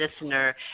listener